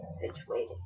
situated